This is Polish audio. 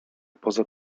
poza